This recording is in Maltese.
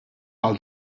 għal